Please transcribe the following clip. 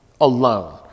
alone